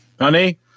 Honey